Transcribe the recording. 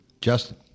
Justin